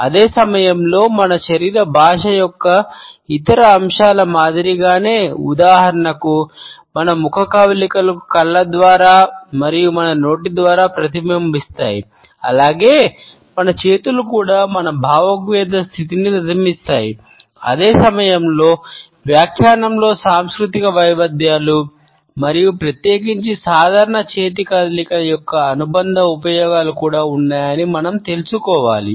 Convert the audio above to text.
అదే సమయంలో మన శరీర భాష యొక్క ఇతర అంశాల మాదిరిగానే ఉదాహరణకు మన ముఖ కవళికలు కళ్ళ ద్వారా మరియు మన నోటి ద్వారా ప్రతిబింబిస్తాయి మరియు ప్రత్యేకించి సాధారణ చేతి కదలికల యొక్క అనుబంధ ఉపయోగాలు కూడా ఉన్నాయని మనం తెలుసుకోవాలి